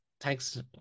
thanks